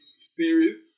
series